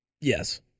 Yes